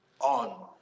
on